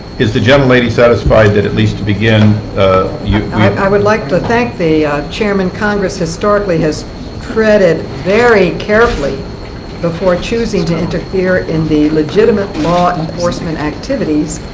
is the gentlelady gentlelady satisfied that at least to begin ah yeah i would like to thank the chairman. congress historically has treaded very carefully before choosing to interfere in the legitimate law enforcement activities,